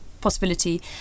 possibility